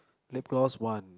lip gloss one